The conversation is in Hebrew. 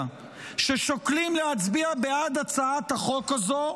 ששוקלים להצביע בעד הצעת החוק הזו,